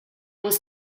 was